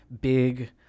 big